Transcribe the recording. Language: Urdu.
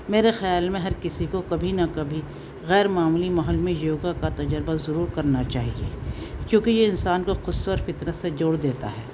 میرے خیال میں ہر کسی کو کبھی نہ کبھی غیرمعمولی ماحول میں یوگا کا تجربہ ضرور کرنا چاہیے کیونکہ یہ انسان کو خود سے اور فطرت سے جوڑ دیتا ہے